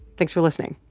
thanks for listening.